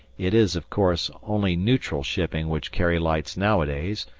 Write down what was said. it is, of course, only neutral shipping which carry lights nowadays,